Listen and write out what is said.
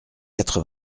quatre